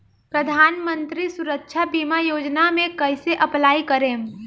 प्रधानमंत्री सुरक्षा बीमा योजना मे कैसे अप्लाई करेम?